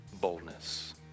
boldness